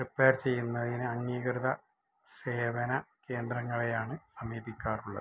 repair ചെയ്യുന്നതിന് അംഗീകൃത സേവന കേന്ദ്രങ്ങളെയാണ് സമീപിക്കാറുള്ളത്